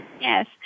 Yes